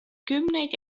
kümneid